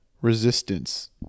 Resistance